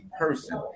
person